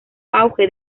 auge